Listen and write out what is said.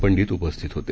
पंडित उपस्थित होते